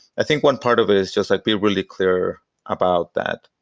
i think one part of it is just like be really clear about that.